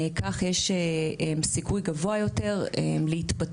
כך יש סיכוי גבוה יותר להתפתות,